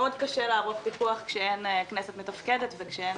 קשה מאוד לערוך פיקוח כאשר אין כנסת מתפקדת וכאשר